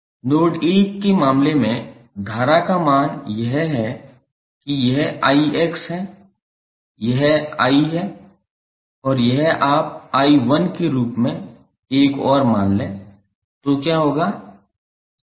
node 1 के मामले में धारा का मान यह है कि यह 𝑖𝑥 है यह I है और यह आप 𝐼1 के रूप में एक और मान लें तो क्या होगा